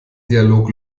dialog